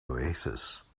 oasis